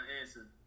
answer